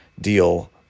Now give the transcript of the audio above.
deal